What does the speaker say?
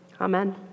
Amen